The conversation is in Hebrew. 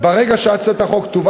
‏ברגע ‏שהצעת‏ החוק ‏תובא